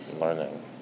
learning